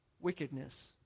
wickedness